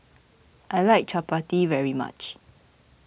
I like Chapati very much